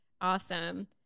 Awesome